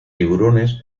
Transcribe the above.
tiburones